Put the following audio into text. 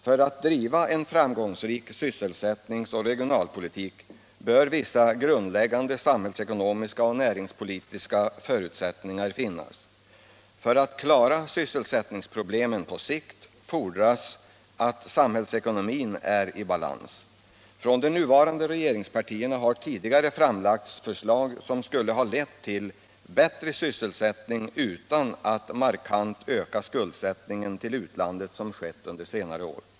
För att driva en framgångsrik sysselsättnings och regionalpolitik bör vissa grundläggande samhällsekonomiska och näringspolitiska förutsättningar finnas. För att klara sysselsättningsproblemen på sikt fordras exempelvis att samhällsekonomin är i balans. Från de nuvarande regeringspartierna har tidigare framlagts förslag, som skulle ha lett till bättre sysselsättning utan att markant öka den skuldsättning till utlandet som skett under de senaste åren.